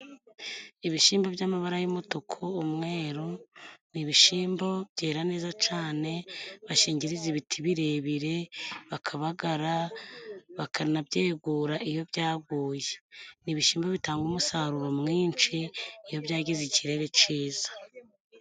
Ibishimbo by'amabara y'umutuku umweru n'ibishimbo byera neza cane bashingiriza ibiti birebire bakabagara bakanabyegura iyo byaguye n'ibishimbo bitanga umusaruro mwinshi iyo byagiza ikirere ciza.